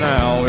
Now